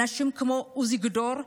וסייעו לי לאורך הדרך אנשים כמו עוזי גדור,